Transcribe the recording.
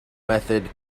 method